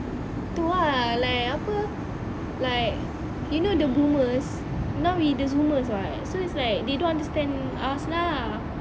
tu ah like apa like you know the boomers now we the zoomers [what] so it's like they don't understand us lah